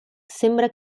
sembra